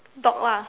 dog lah